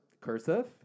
Cursive